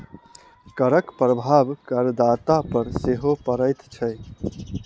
करक प्रभाव करदाता पर सेहो पड़ैत छै